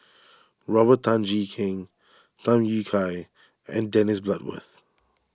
Robert Tan Jee Keng Tham Yui Kai and Dennis Bloodworth